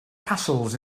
castles